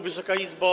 Wysoka Izbo!